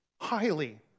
Highly